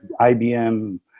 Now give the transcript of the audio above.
IBM